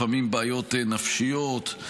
לפעמים בעיות נפשיות,